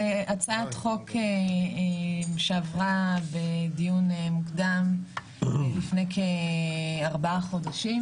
זו הצעת חוק שעברה בדיון מוקדם לפני ארבעה חודשים.